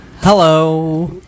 Hello